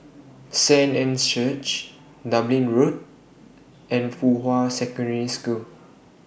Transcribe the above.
Saint Anne's Church Dublin Road and Fuhua Secondary School